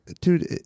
dude